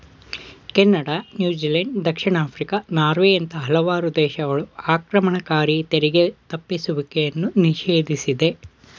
Canada, New Zealand, ದಕ್ಷಿಣ Africa, ನಾರ್ವೆಯಂತ ಹಲವಾರು ದೇಶಗಳು ಆಕ್ರಮಣಕಾರಿ ತೆರಿಗೆ ತಪ್ಪಿಸುವಿಕೆಯನ್ನು ನಿಷೇಧಿಸಿದೆ